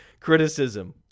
criticism